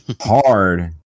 hard